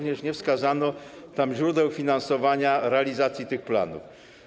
Nie wskazano tam również źródeł finansowania realizacji tych planów.